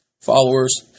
followers